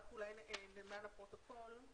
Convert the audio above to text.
רק אולי נמנה לפרוטוקול,